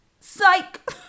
Psych